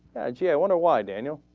gee i wonder why daniel